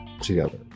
together